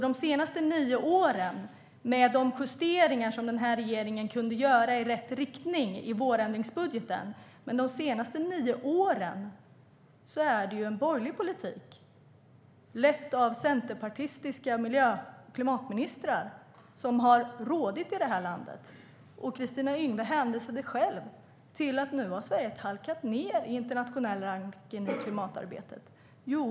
De senaste nio åren är det en borgerlig politik, med de justeringar som regeringen kunde göra i rätt riktning i vårändringsbudgeten, som rått i det här landet under ledning av centerpartistiska miljö och klimatministrar. Kristina Yngwe hänvisade själv till att Sverige nu har halkat ned i internationell rankning i klimatarbetet.